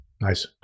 Nice